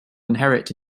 inherit